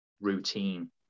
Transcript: routine